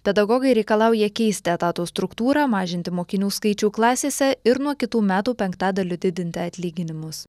pedagogai reikalauja keisti etato struktūrą mažinti mokinių skaičių klasėse ir nuo kitų metų penktadaliu didinti atlyginimus